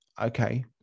okay